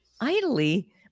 idly